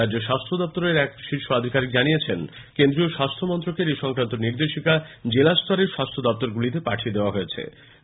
রাজ্যের স্বাস্হ্য দফতরের এক শীর্ষ আধিকারিক জানিয়েছেন কেন্দ্রীয় স্বাস্হ্য মন্ত্রকের এসংক্রান্ত নির্দেশিকা জেলাস্তরের স্বাস্ব্য দফতরগুলিতে পাঠিয়ে দেওয়া হয়েছে